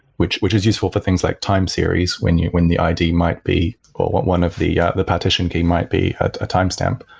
which which is useful for things like time series when yeah when the id might be or one of the yeah the partition key might be a time stamp.